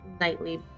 nightly